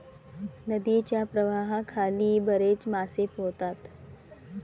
नदीच्या प्रवाहाखाली बरेच मासे पोहतात